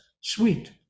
sweet